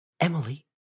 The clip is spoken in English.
Emily